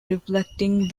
reflecting